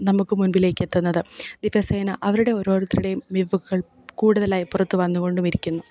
നമുക്ക് മുൻപിലേക്കെത്തുന്നത് ദിവസേന അവരുടെ ഓരോരുത്തരുടെയും കൂടുതലായി പുറത്തു വന്നു കൊണ്ടുമിരിക്കുന്നു